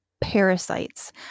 parasites